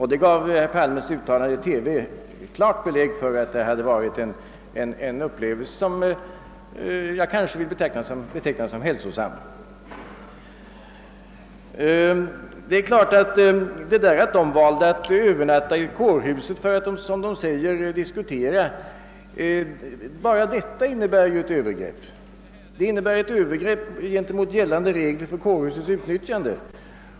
Herr: Palmes uttalande i TV gav klart belägg för att det hade varit en upplevelse, som jag vill beteckna såsom hälsosam. Det är klart att detta beslut som de fattade när de valde att övernatta i kårhuset för att, som de sade, diskutera, i och för sig innebar ett övergrepp gentemot de gällande reglerna för kårhusets utnyttjande.